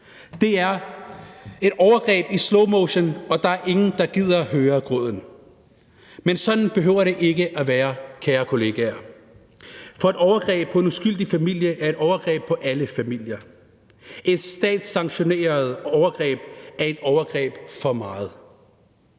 Det er et overgreb i slowmotion, og der er ingen, der gider høre gråden. Men sådan behøver det ikke at være, kære kollegaer. For et overgreb på en uskyldig familie er et overgreb på alles familier. Et statssanktioneret overgreb er et overgreb for meget.